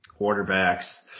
quarterbacks